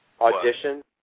Audition